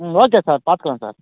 ம் okay sir பார்த்துக்குலாம் sir